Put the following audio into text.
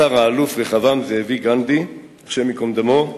השר האלוף רחבעם זאבי גנדי, השם ייקום דמו,